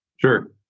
sure